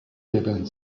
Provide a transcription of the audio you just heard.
deben